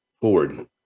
forward